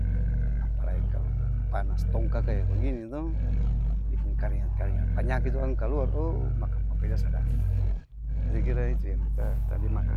Apalai kalo panas tongka kaya bagini to biking karingat-karingat panyaki tu akang kaluar oou makang papeda sadaap beta kira itu yang beta tadi makang.